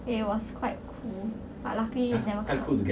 it was quite cool but luckily we never got